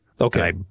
Okay